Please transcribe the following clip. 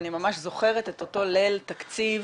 אני ממש זוכרת את אותו ליל תקציב